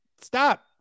Stop